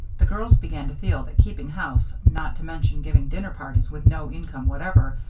the girls began to feel that keeping house, not to mention giving dinner parties, with no income whatever,